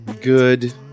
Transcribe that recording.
good